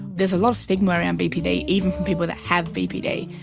there's a lot of stigma around bpd, even from people that have bpd,